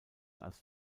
als